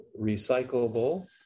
recyclable